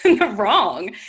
wrong